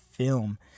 film